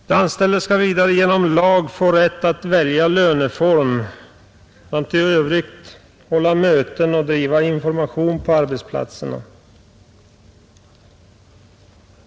De anställda skall vidare genom lag få rätt att välja löneform samt i övrigt hålla möten och driva information på arbetsplatserna.